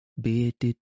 bearded